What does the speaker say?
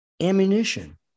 ammunition